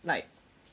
like